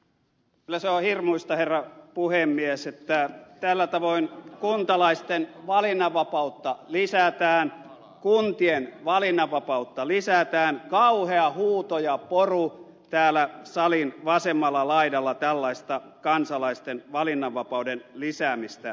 kyllä se on hirmuista herra puhemies että tällä tavoin kuntalaisten valinnanvapautta lisätään kuntien valinnanvapautta lisätään kauhea huuto ja poru täällä salin vasemmalla laidalla tällaista kansalaisten valinnanvapauden lisäämistä vastaan